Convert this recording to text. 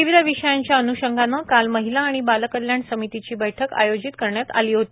विविध विषयांच्या अनुषंगाने काल महिला आणि बालकल्याण समितीची बैठक आयोजित करण्यात आली होती